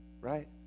right